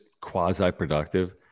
quasi-productive